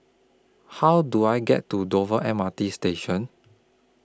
How Do I get to Dover M R T Station